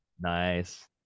nice